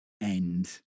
end